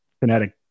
kinetic